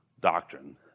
doctrine